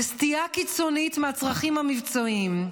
בסטייה קיצונית מהצרכים המבצעיים,